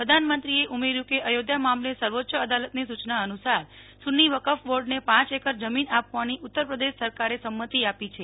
પ્રધાનમંત્રીએ ઉમેર્યું કે અયોધ્યા મામલે સર્વોચ્ચ અદાલતની સૂચના અનુસાર સુત્તી વકફ બોર્ડને પાંચ એકર જમીન આપવાની ઉત્તર પ્રદેશ સરકારે સંમતિ આપી છે